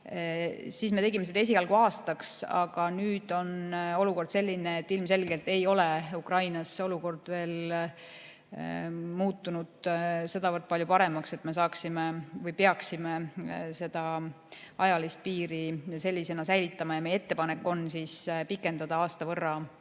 siis me tegime seda esialgu aastaks, aga nüüd on olukord selline, et ilmselgelt ei ole Ukrainas olukord veel muutunud sedavõrd palju paremaks, et me saaksime või peaksime seda ajalist piiri sellisena säilitama. Ja meie ettepanek on siis pikendada aasta võrra